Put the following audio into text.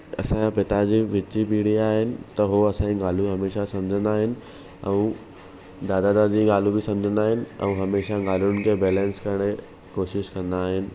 असांजे पिताजी विची पीड़ीअ जा आहिनि त उहो असांजी ॻाल्हियूं सम्झंदा आहिनि ऐं दादा दादी ई ॻाल्हियूं बि सम्झंदा आहिनि ऐं हमेशा ॻाल्हियुनि खे बैलेंस करे कोशिशि कंदा आहिनि